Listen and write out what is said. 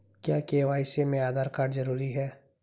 क्या के.वाई.सी में आधार कार्ड जरूरी है?